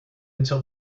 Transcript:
until